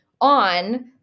on